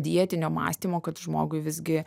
dietinio mąstymo kad žmogui visgi